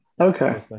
Okay